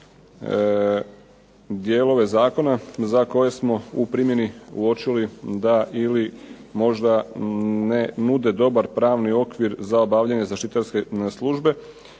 dijelove zakona za koje smo u primjeni uočili da ili možda ne nude dobar pravni okvir za obavljanje zaštitarske službe